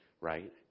right